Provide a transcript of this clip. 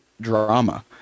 drama